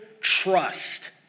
trust